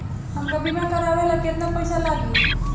हमका बीमा करावे ला केतना पईसा लागी?